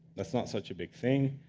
that's not such a big thing.